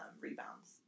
rebounds